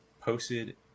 posted